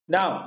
Now